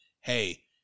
hey